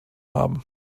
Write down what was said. haben